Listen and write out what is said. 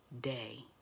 day